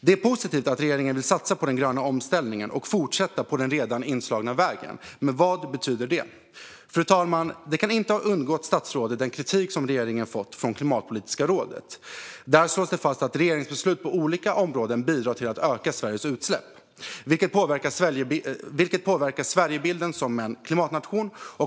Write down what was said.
Det är positivt att regeringen vill satsa på den gröna omställningen och fortsätta på den redan inslagna vägen. Men vad betyder det? Fru talman! Den kritik som regeringen har fått från Klimatpolitiska rådet kan inte ha undgått statsrådet. Där slås det fast att regeringsbeslut på olika områden bidrar till att öka Sveriges utsläpp, vilket påverkar bilden av Sverige som en klimatnation.